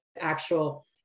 actual